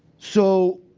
so